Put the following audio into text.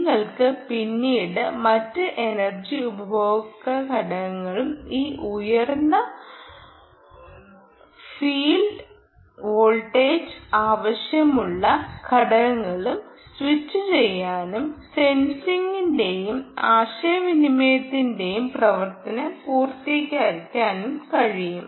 നിങ്ങൾക്ക് പിന്നീട് മറ്റ് എനർജി ഉപഭോഗ ഘടകങ്ങളും ഈ ഉയർന്ന റഫർ സമയം 3950 ഫീൽഡ് റഫർ സമയം 3950 വോൾട്ടേജ് ആവശ്യമുള്ള ഘടകങ്ങളും സ്വിച്ചുചെയ്യാനും സെൻസിംഗിന്റെയും ആശയവിനിമയത്തിന്റെയും പ്രവർത്തനം പൂർത്തിയാക്കാനും കഴിയും